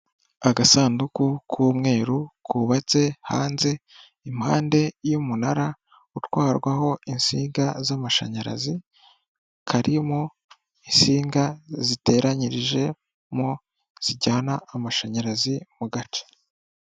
Agasanduku k'umweru kubatse hanze impande y'umunara utwarwaho insinga z'amashanyarazi, karimo insinga ziteranyirijemo zijyana amashanyarazi mu gace.